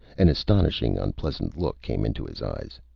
an astonishing unpleasant look came into his eyes.